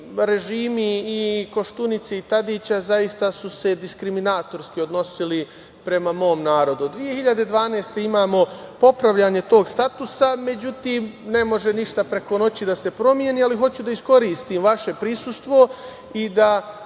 režimi Koštunice i Tadića zaista su se diskriminatorski odnosili prema mom narodu. Godine 2012. imamo popravljanje tog statusa, međutim ne može ništa preko noći da se promeni. Hoću da iskoristim vaše prisustvo i da